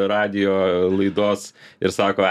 radijo laidos ir sako